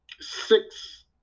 six